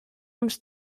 uns